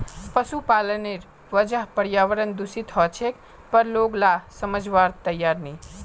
पशुपालनेर वजह पर्यावरण दूषित ह छेक पर लोग ला समझवार तैयार नी